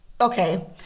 okay